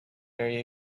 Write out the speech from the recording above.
very